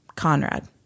Conrad